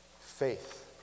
faith